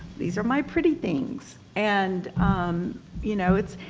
these are my pretty things. and you know it's,